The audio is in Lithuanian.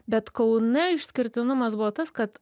bet kaune išskirtinumas buvo tas kad